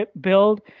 build